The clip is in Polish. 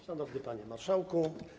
Szanowny Panie Marszałku!